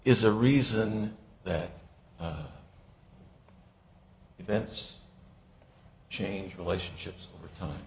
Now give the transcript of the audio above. is a reason that events changed relationships over time